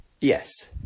Yes